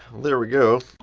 there we go.